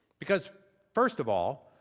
because first of all,